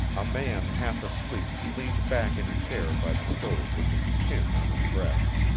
a man half-asleep leaned back in a chair by the stove with his chin on his breast.